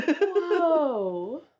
Whoa